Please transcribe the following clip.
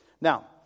Now